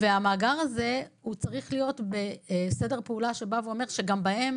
המאגר הזה צריך להיות בסדר פעולה שאומר שגם בהם